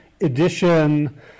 Edition